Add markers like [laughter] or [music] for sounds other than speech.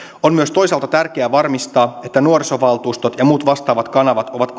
on myös toisaalta tärkeä varmistaa että nuorisovaltuustot ja muut vastaavat kanavat ovat [unintelligible]